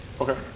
Okay